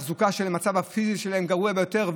התחזוקה שלהם, המצב הפיזי שלהם, גרוע ביותר.